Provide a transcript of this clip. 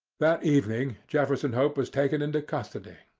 that evening jefferson hope was taken into custody,